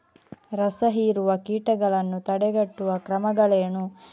ರಸಹೀರುವ ಕೀಟಗಳನ್ನು ತಡೆಗಟ್ಟುವ ಕ್ರಮಗಳೇನು?